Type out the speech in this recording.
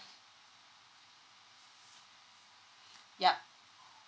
yup